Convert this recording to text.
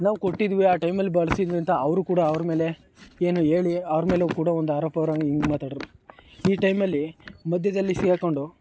ನಾವು ಕೊಟ್ಟಿದ್ದೀವಿ ಆ ಟೈಮಲ್ಲಿ ಬಳಸಿದ್ದೀವಿ ಅಂತ ಅವರು ಕೂಡ ಅವ್ರ ಮೇಲೆ ಏನು ಹೇಳಿ ಅವ್ರ ಮೇಲೂ ಕೂಡ ಒಂದು ಆರೋಪ ಬರೋವಂಗೆ ಹಿಂಗೆ ಮಾತಾಡಿದ್ರೂ ಈ ಟೈಮ್ನಲ್ಲಿ ಮಧ್ಯದಲ್ಲಿ ಸಿಗಾಕ್ಕೊಂಡು